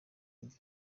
eddy